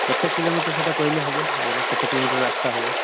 କେତେ କିଲୋମିଟର୍ ସେଇଟା କହିଲେ ହେବ ଆଗରେ କେତେ କିଲୋମିଟର୍ ରାସ୍ତା ହେବ